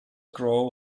grow